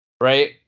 right